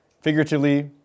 figuratively